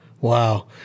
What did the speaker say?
wow